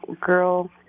girl